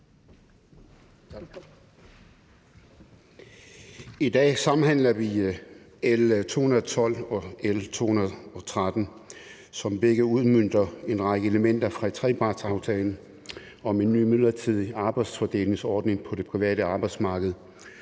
I dag sambehandler vi L 212 og L 213, som begge udmønter en række elementer fra trepartsaftalen om en ny midlertidig arbejdsfordelingsordning på det private arbejdsmarked,